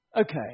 Okay